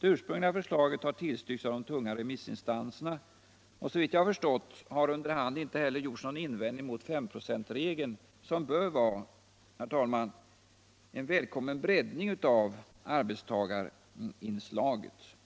Det ursprungliga förslaget har tillstyrkts av de tunga remissinstanserna och såvitt jag har förstått har inte heller under hand gjorts någon invändning mot femprocentsregeln, som bör vara, herr talman, en välkommen breddning av arbetstagarinslaget.